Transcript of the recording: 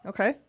Okay